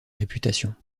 réputation